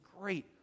great